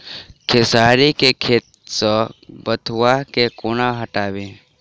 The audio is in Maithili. खेसारी केँ खेत सऽ बथुआ केँ कोना हटाबी